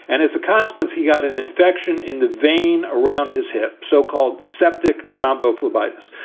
and as a consequence, he got an infection in the vein around his hip, so-called septic rombo phlebitis.